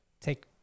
take